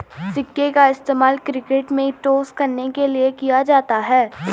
सिक्के का इस्तेमाल क्रिकेट में टॉस करने के लिए किया जाता हैं